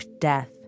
death